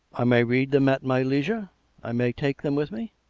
i may read them at my leisure i may take them with me?